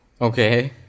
okay